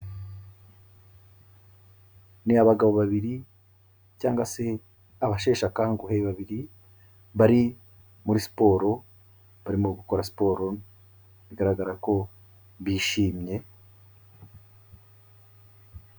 Ni abagabo babiri, cyangwa se abasheshe akanguhe babiri bari muri siporo, barimo gukora siporo, bigaragara ko bishimye.